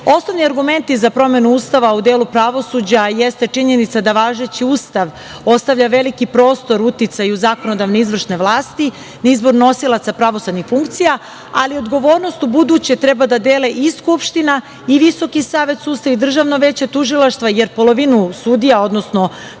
Osnovni argumenti za promenu Ustava u delu pravosuđa jeste činjenica da važeći Ustav ostavlja veliki prostor uticaju zakonodavne i izvršne vlasti na izbor nosilaca pravosudnih funkcija, ali odgovornost ubuduće treba da dele i Skupština i Visoki savet sudstva i Državno veće tužilaštva, jer polovinu sudija, odnosno